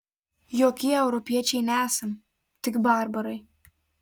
jokie europiečiai nesam tik barbarai